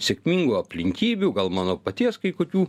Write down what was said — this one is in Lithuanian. sėkmingų aplinkybių gal mano paties kai kokių